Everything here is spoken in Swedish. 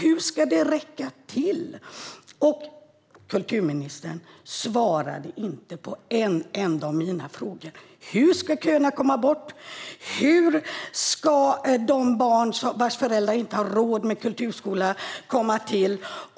Hur ska det räcka till? Kulturministern svarade inte på en enda av mina frågor. Hur ska köerna komma bort? Hur ska de barn vars föräldrar inte har råd med kulturskola komma till?